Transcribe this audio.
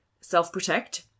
self-protect